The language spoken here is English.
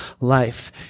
life